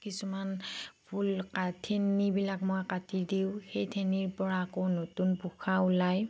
কিছুমান ফুল কা ঠেনিবিলাক মই কাটি দিওঁ সেই ঠেনিৰপৰা আকৌ নতুন পোখা ওলায়